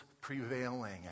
prevailing